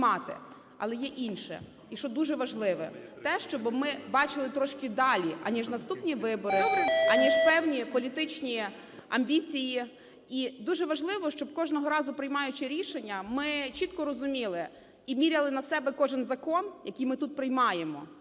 Але є інше. І, що дуже важливо, те, щоби ми бачили трошки далі аніж наступні вибори, аніж певні політичні амбіції. І дуже важливо, щоб кожного разу, приймаючи рішення, ми чітко розуміли і міряли на себе кожен закон, який ми тут приймаємо,